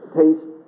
taste